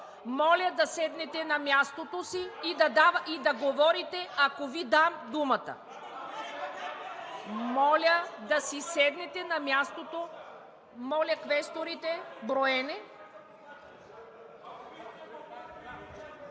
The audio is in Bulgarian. Моля да седнете на мястото си и да говорите, ако Ви дам думата. Моля да си седнете на мястото. Моля, квесторите – броене.